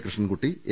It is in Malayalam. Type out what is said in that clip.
കൃഷ്ണൻകുട്ടി എ